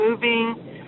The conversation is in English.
moving